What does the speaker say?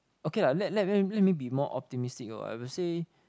okay lah let let let let me be more optimistic I would say